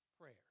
prayer